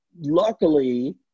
luckily